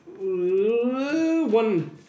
One